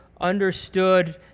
understood